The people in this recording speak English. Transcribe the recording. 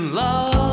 love